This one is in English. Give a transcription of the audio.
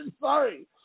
Sorry